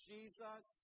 Jesus